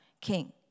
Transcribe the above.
king